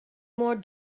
more